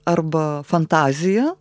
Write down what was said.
arba fantazija